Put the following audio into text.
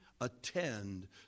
attend